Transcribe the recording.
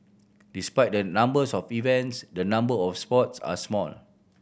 despite the numbers of events the number of sports are small